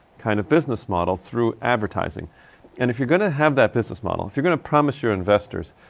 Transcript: kind of business model through advertising. and if you're gonna have that business model, if you're gonna promise your investors,